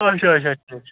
چلو اچھا اچھا ٹھیٖک چھُ